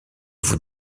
vous